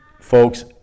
folks